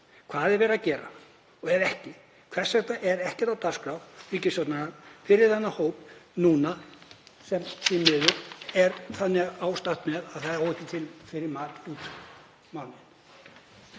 hvað er verið að gera? Og ef ekki, hvers vegna er ekkert á dagskrá ríkisstjórnarinnar fyrir þennan hóp núna, sem því miður er þannig ástatt með að hann á ekki fyrir mat út mánuðinn?